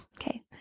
Okay